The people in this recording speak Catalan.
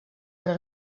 però